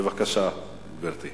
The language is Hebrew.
בבקשה, גברתי.